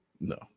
No